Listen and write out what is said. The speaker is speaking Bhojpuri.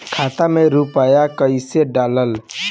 खाता में रूपया कैसे डालाला?